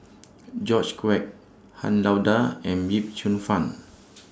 George Quek Han Lao DA and Yip Cheong Fun